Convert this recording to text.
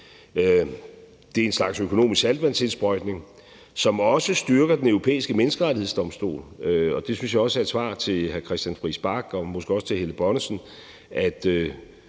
Det er en slags økonomisk saltvandsindsprøjtning, som også styrker den europæiske menneskerettighedsdomstol. Det synes jeg også er et svar til hr. Christian Friis Bach og måske også til fru Helle Bonnesen,